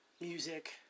music